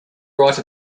write